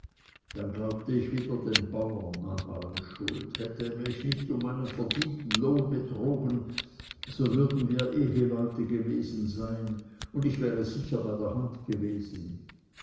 dann glaubte ich wieder den bauer an allem schuld hätte er mich nicht um meinen verdienten lohn betrogen so würden wir eheleute gewesen sein und ich wäre sicher näher bei der hand gewesen